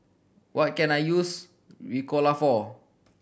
what can I use Ricola for